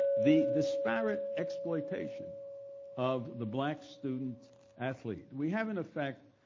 the disparate exploitation of the black student athlete. we have, in effect,